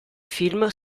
film